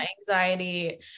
anxiety